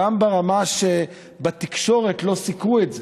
גם ברמה שבתקשורת לא סיקרו את זה.